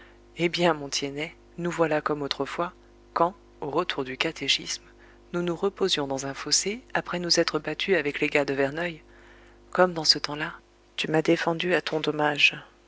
eh bien mon tiennet nous voilà comme autrefois quand au retour du catéchisme nous nous reposions dans un fossé après nous être battus avec les gars de verneuil comme dans ce temps-là tu m'as défendu à ton dommage